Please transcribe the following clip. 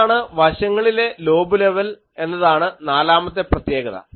എന്താണ് വശങ്ങളിലെ lobe level എന്നതാണ് നാലാമത്തെ പ്രത്യേകത